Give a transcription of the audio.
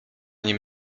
nim